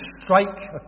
strike